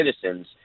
citizens